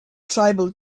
tribal